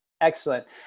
excellent